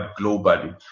globally